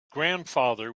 grandfather